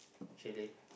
chalet